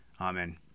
Amen